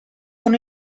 con